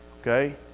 Okay